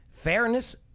Fairness